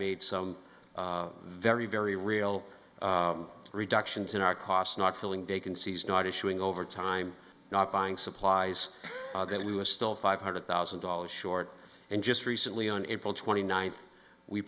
made some very very real reductions in our costs not filling vacancies not issuing over time not buying supplies that we were still five hundred thousand dollars short and just recently on april twenty ninth we